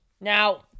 Now